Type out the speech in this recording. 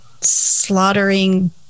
slaughtering